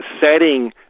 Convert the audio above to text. setting